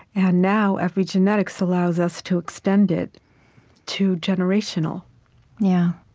and now epigenetics allows us to extend it to generational yeah.